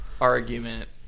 argument